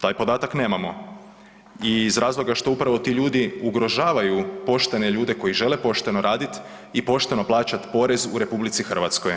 Taj podatak nemamo i iz razloga što upravo ti ljudi ugrožavaju poštene ljude koji žele pošteno raditi i pošteno plaćati porez u RH.